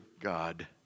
God